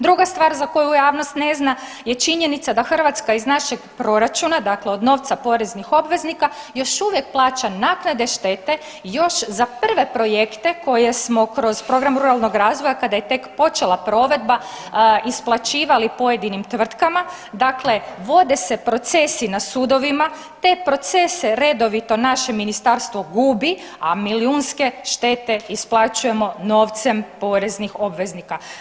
Druga stvar za koju javnost ne zna je činjenica da Hrvatska iz našeg proračuna, dakle od novca poreznih obveznika još uvijek plaća naknade štete još za prve projekte koje smo kroz program Ruralnog razvoja kada je tek počela provedba isplaćivali pojedinim tvrtkama, dakle vode se procesi na sudovima, te procese redovito naše ministarstvo gubi, a milijunske štete isplaćujemo novcem poreznih obveznika.